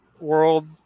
world